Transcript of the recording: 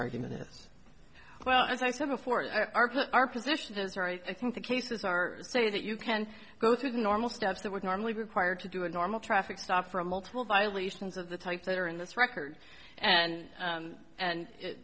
argument is well as i said before our position is right i think the cases are so that you can go through the normal steps that would normally be required to do a normal traffic stop for a multiple violations of the type that are in this record and and